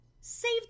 save